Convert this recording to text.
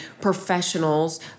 professionals